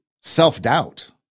self-doubt